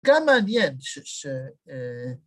‫גם מעניין ש... ש... אה...